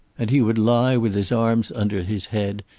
and he would lie with his arms under his head,